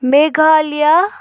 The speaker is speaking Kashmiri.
میگالیا